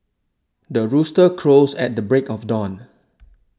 the rooster crows at the break of dawn